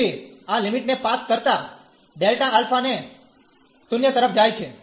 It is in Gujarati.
તેથી આ લિમિટ ને પાસ કરતા Δα એ 0 તરફ જાય છે